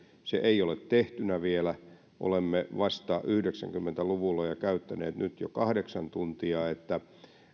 se ei ole tehtynä vielä olemme vasta yhdeksänkymmentä luvulla ja käyttäneet nyt jo kahdeksan tuntia niin että